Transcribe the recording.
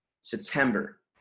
September